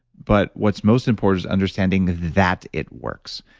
but what's most important is understanding that it works.